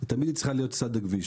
ותמיד צריכה להיות לצד הכביש.